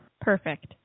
Perfect